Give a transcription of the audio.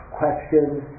questions